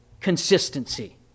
consistency